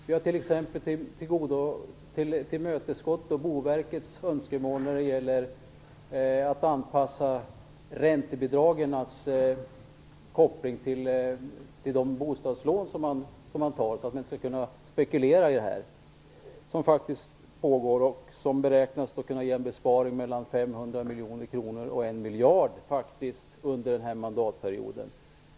Vi har t.ex. tillmötesgått Boverkets önskemål om räntebidragens koppling till de bostadslån som man tar, för att man inte skall kunna spekulera i detta. Det beräknas kunna ge en besparing på mellan 500 miljoner och en miljard kronor under denna mandatperiod.